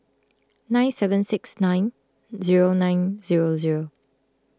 nine seven six nine zero nine zero zero